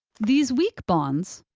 these weak bonds,